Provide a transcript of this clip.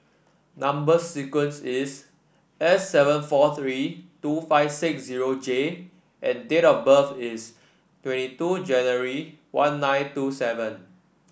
number sequence is S seven four three two five six zero J and date of birth is twenty two January one nine two seven